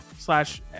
slash